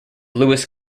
lewis